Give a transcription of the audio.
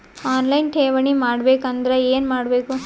On line ಠೇವಣಿ ಮಾಡಬೇಕು ಅಂದರ ಏನ ಮಾಡಬೇಕು?